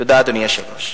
תודה, אדוני היושב-ראש.